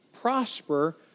prosper